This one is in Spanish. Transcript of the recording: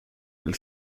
del